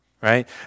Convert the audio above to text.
right